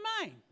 mind